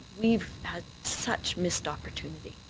we've had such missed opportunity.